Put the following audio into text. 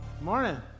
Morning